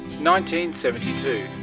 1972